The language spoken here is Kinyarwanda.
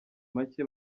make